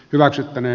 pilasitte ne